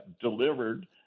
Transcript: delivered